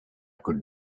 could